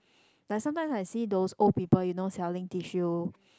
like sometimes I see those old people you know selling tissue